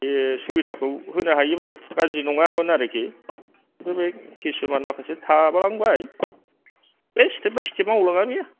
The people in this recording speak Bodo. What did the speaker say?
बे सुबिदाखौ होनो हायोब्ला गाज्रि नङामोन आरोखि खिन्थु बे खिसुमान माखासे थालांबाय बे स्टेप बाइ स्टेप मावलाङा बेयो